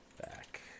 back